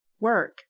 work